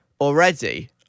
Already